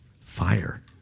Fire